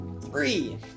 Three